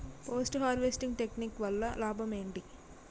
Post harvesting technique వల్ల లాభం ఏంటి?